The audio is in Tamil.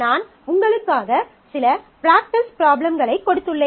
நான் உங்களுக்காக சில ப்ராக்டிஸ் ப்ராப்ளம்களைக் கொடுத்துள்ளேன்